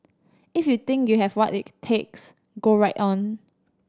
if you think you have what it takes go right on